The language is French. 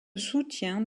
soutien